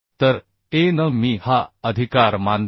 तर AN मी हा अधिकार मानतो